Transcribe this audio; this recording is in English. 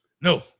No